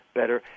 better